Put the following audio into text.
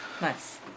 Nice